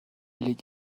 لیگ